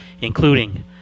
including